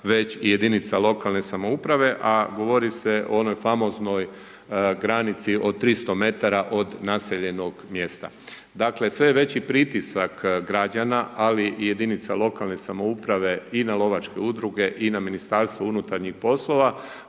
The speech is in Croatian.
već i jedinica lokalne samouprave, a govori se o onoj famoznoj granici od 300 metara od naseljenog mjesta. Dakle, sve je veći pritisak građana, ali i jedinica lokalne samouprave i na lovačke udruge i na Ministarstvo unutarnjih poslova,